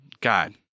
god